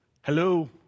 Hello